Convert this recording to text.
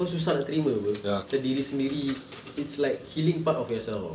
kau susah nak terima apa macam diri sendiri it's like killing part of yourself [tau]